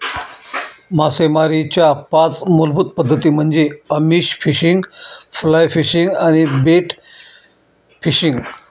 मासेमारीच्या पाच मूलभूत पद्धती म्हणजे आमिष फिशिंग, फ्लाय फिशिंग आणि बेट फिशिंग